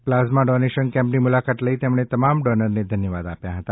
plasma donation કેમ્પની મુલાકાત લઈ તેમણે તમામ ડોનરને ધન્યવાદ આપ્યા હતા